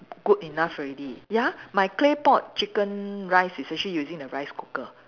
good enough already ya my clay pot chicken rice is actually using the rice cooker